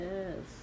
Yes